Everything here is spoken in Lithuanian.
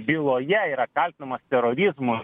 byloje yra kaltinamas terorizmu